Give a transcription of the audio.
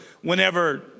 whenever